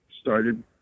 started